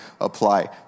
apply